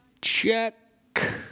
Check